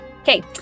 Okay